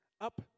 up